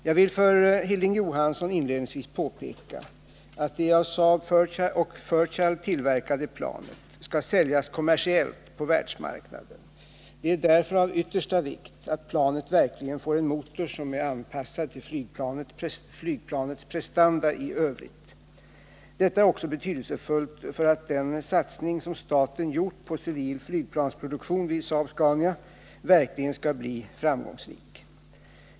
Jag vill för herr Johansson inledningsvis påpeka att det av Saab och Fairchild tillverkade planet skall säljas kommersiellt på världsmarknaden. Det är därför av yttersta vikt att planet verkligen får en motor som är anpassad till flygplanets prestanda i övrigt. Detta är också betydelsefullt för att den satsning som staten gjort på civil flygplansproduktion vid Saab-Scania verkligen skall bli framgångsrik.